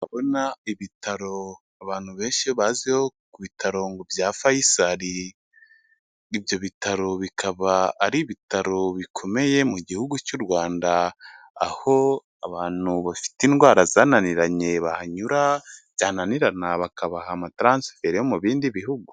Kubona ibitaro abantu benshi baziho ku bitaro bya Fayizai, ibyo bitaro bikaba ari ibitaro bikomeye mu gihugu cy'u Rwanda, aho abantu bafite indwara zananiranye bahanyura, byananirana bakaba amataransiferi yo mu bindi bihugu.